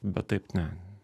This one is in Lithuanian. bet taip ne